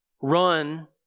run